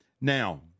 Now